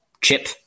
chip